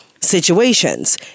situations